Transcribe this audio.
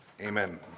amen